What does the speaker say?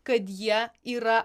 kad jie yra